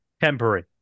temporary